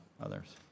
others